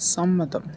സമ്മതം